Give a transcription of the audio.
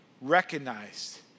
recognized